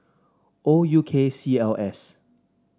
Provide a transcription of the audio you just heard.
O U K C L S